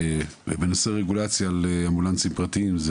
בנושא רגולציה לאמבולנסים פרטיים,